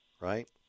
right